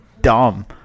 dumb